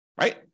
right